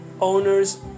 Owners